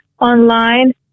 online